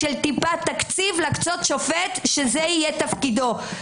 תקציב כדי להקצות שופט שזה יהיה תפקידו.